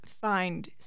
find